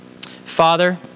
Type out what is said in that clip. Father